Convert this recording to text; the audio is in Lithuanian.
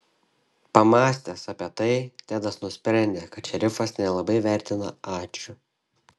pamąstęs apie tai tedas nusprendė kad šerifas nelabai vertina ačiū